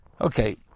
Okay